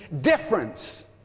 difference